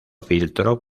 filtro